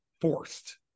forced